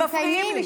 תסיימי.